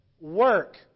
work